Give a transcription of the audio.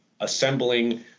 assembling